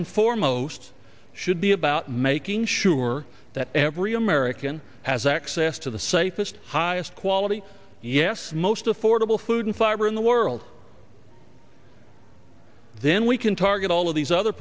and foremost should be about making sure that every american has access to the safest highest quality yes most affordable food and fiber in the world then we can target all of these other